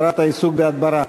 הסדרת העיסוק בהדברה.